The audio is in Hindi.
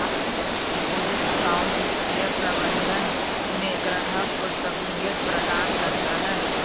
डिपॉजिट अकाउंट वित्तीय प्रबंधन में ग्राहक को सहूलियत प्रदान करता है